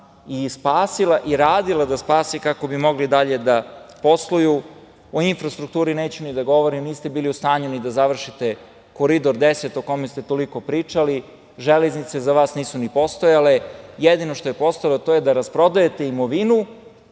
spasila i radila da spase kako bi mogli dalje da posluju.O infrastrukturi neću da govorim. Niste bili u stanju da završite Koridor 10 o kome ste toliko pričali. Železnice za vas nisu ni postojale. Jedino što je postojalo to je da rasprodajete imovinu